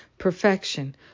Perfection